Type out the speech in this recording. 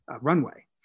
runway